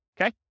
okay